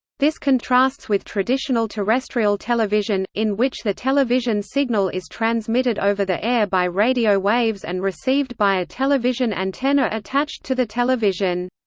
this contrasts with traditional terrestrial television, in which the television signal is transmitted over the air by radio waves and received by a television antenna attached to the television.